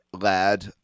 lad